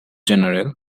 general